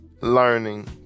learning